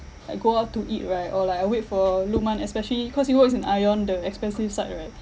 I go out to eat right or like I wait for lukman especially cause he works in ION the expensive side right